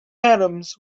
adams